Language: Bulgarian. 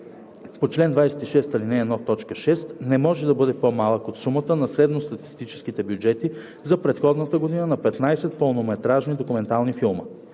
по чл. 26, ал. 1, т. 6 не може да бъде по-малък от сумата на средностатистическите бюджети за предходната година на 15 пълнометражни документални филма.